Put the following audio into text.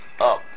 up